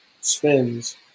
spins